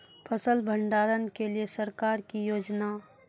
फसल भंडारण के लिए सरकार की योजना?